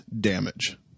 damage